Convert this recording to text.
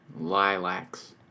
lilacs